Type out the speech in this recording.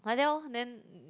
like that orh then